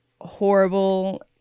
horrible